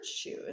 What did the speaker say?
shoes